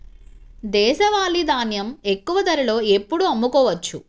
దేశవాలి ధాన్యం ఎక్కువ ధరలో ఎప్పుడు అమ్ముకోవచ్చు?